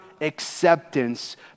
acceptance